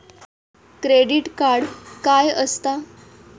Credit card काय असता?